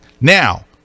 Now